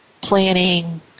planning